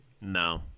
No